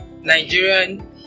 Nigerian